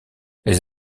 les